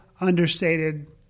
understated